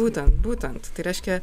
būtent būtent tai reiškia